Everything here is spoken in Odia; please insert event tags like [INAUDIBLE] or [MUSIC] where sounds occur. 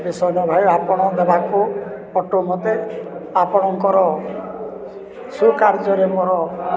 [UNINTELLIGIBLE] ଭାଇ ଆପଣ ଦେବାକୁ ଅଟୋ ମୋତେ ଆପଣଙ୍କର ସୁକାର୍ଯ୍ୟରେ ମୋର